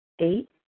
Eight